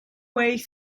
way